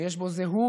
ויש בו זהות,